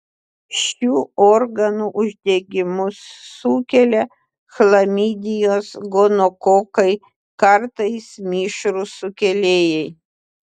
šių organų uždegimus sukelia chlamidijos gonokokai kartais mišrūs sukėlėjai